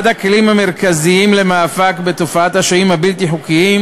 אחד הכלים המרכזיים למאבק בתופעת השוהים הבלתי-חוקיים